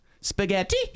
Spaghetti